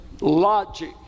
logic